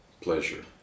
pleasure